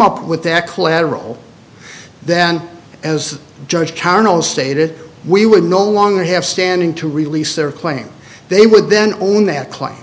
up with their collateral then as judge carnel stated we would no longer have standing to release their claim they would then own that claim